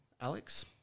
Alex